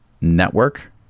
network